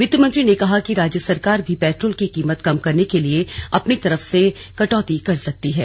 वित्त मंत्री ने कहा कि राज्य सरकार भी पेट्रोल कीमत कम करने के लिए अपनी तरफ से कटौती कर सकती है